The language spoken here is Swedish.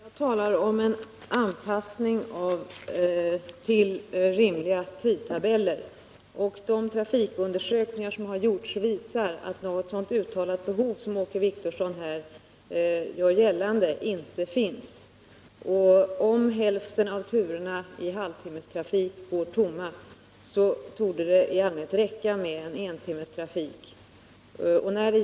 Herr talman! Jag talar om en anpassning av trafiken till rimliga tidtabeller. De trafikundersökningar som har gjorts visar att något uttalat behov, som Åke Wictorsson här gör gällande, inte finns. Om hälften av turerna i halvtimmestrafik går tomma, torde det i allmänhet räcka med entimmestrafik.